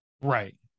Right